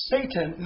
Satan